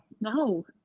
No